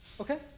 Okay